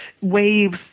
waves